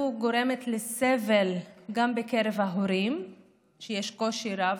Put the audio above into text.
גורמת לסבל גם בקרב ההורים ושיש קושי רב,